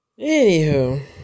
Anywho